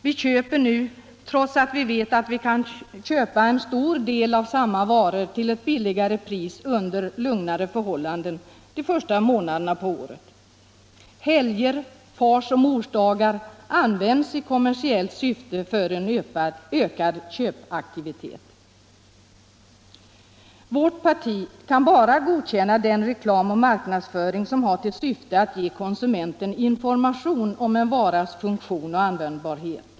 Vi köper nu, trots att vi vet att vi kan köpa en stor del av samma varor till ett lägre pris och under lugnare förhållanden de första månaderna på året. Helger, Fars och Mors dagar används i kommersiellt syfte för en ökad köpaktivitet. Vårt parti kan bara godkänna den reklam och marknadsföring som har till syfte att ge konsumenten information om en varas funktion och användbarhet.